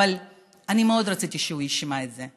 כי מאוד רציתי שהוא ישמע את זה.